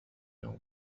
يوم